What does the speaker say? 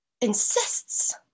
insists